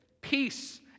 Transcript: Peace